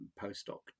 postdoc